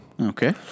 Okay